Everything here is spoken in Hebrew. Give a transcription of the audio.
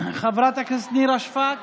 חברת הכנסת נירה שפק.